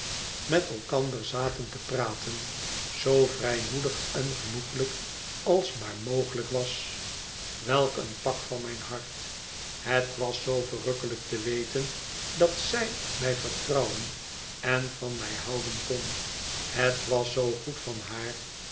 met elkander zaten te praten zoo vrijmoedig en genoeglijk alsmaar mogelijk was welk een pak van mijn hart het was zoo verrukkelijk te weten dat zij mij vertrouwen en van mij houden kon het was zoo goed van haar